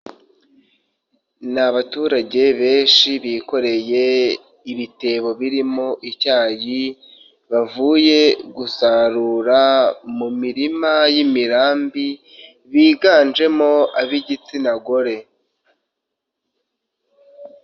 Ni abaturage benshi bikoreye ibitebo birimo icyayi, bavuye gusarura mu mirima y'imirambi biganjemo ab'igitsina gore.